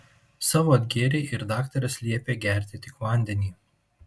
savo atgėrei ir daktaras liepė gerti tik vandenį